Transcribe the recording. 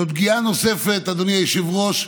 זאת פגיעה נוספת, אדוני היושב-ראש,